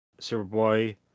Superboy